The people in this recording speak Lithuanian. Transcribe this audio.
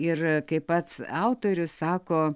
ir kaip pats autorius sako